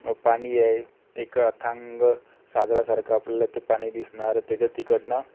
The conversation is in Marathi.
पाणी आहे एका अथांग सागरासारखं आपल्याला ते पाणी दिसणार त्याच्या तिकडनं